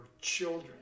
children